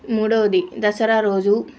మూడోది దసరా రోజు